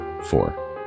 four